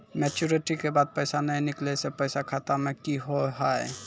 Maturity के बाद पैसा नए निकले से पैसा खाता मे की होव हाय?